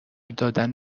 دادن